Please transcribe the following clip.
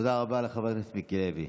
תודה רבה לחבר הכנסת מיקי לוי.